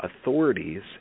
authorities